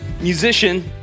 musician